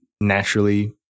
naturally